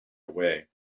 away